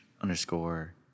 underscore